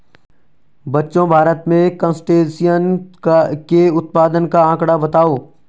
बच्चों भारत में क्रस्टेशियंस के उत्पादन का आंकड़ा बताओ?